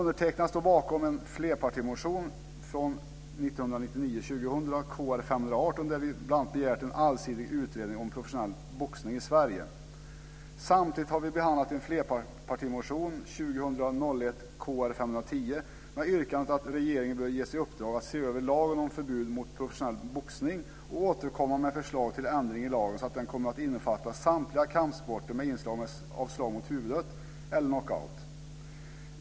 Jag står bakom en flerpartimotion, 1999 01:Kr510, med yrkandet att regeringen bör ges i uppdrag att se över lagen om förbud mot professionell boxning och återkomma med förslag till ändring i lagen så att den kommer att innefatta samtliga kampsporter med inslag av slag mot huvudet och knockout.